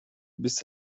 bis